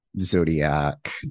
Zodiac